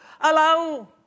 allow